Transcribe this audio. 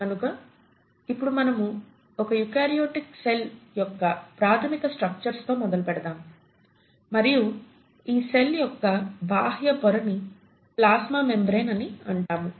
కనుక ఇప్పుడు మనము ఒక యుకార్యోటిక్ సెల్ యొక్క ప్రాధమిక స్ట్రక్చర్స్ తో మొదలు పెడదాం మరియు ఈ సెల్ యొక్క బాహ్య పొరని ప్లాస్మా మెంబ్రేన్ అని అంటాము